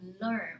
learn